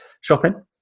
shopping